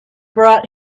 brought